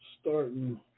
starting